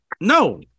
no